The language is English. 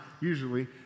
usually